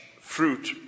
fruit